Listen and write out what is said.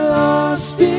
lost